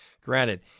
Granted